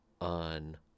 on